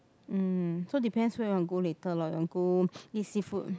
um so depends where you want to go later lor you want go eat seafood